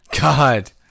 God